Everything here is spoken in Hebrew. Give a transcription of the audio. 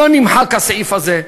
לא נמחק הסעיף הזה,